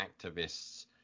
activists